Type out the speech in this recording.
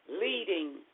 leading